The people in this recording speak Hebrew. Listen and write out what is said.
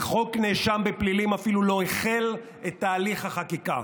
וחוק נאשם בפלילים אפילו לא החל את תהליך החקיקה.